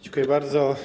Dziękuję bardzo.